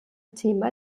thema